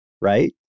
right